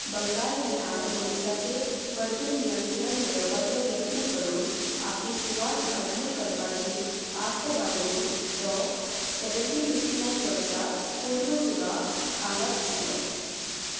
बंगाल बिहार ओडिसाचेर परतून नियंत्रण मेळोवपाचो यत्न करून आपली सुवात घटमूट करपाची आस्त बाळगून तो सेव्हन्टीन फिफ्टी नायन वर्सा पुर्व सुबा हांगा दिसलो